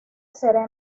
será